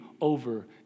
over